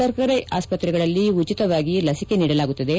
ಸರ್ಕಾರಿ ಆಸ್ಪತ್ರೆಗಳಲ್ಲಿ ಉಚಿತವಾಗಿ ಲಸಿಕೆ ನೀಡಲಾಗುತ್ತದೆ